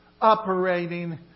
operating